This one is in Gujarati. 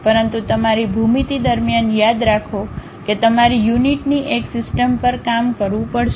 પરંતુ તમારી ભૂમિતિ દરમ્યાન યાદ રાખો કે તમારે યુનિટ ની એક સિસ્ટમ પર કામ કરવું પડશે